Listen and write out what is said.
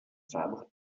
fabre